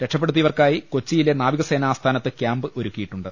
രക്ഷപ്പെടുത്തിയവർക്കായി കൊച്ചിയിലെ നാവികസേനാ ആസ്ഥാനത്ത് ക്യാമ്പ് ഒരുക്കിയിട്ടുണ്ട്